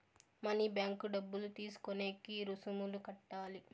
mini bank డబ్బులు తీసుకునేకి రుసుములు కట్టాలి